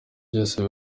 byose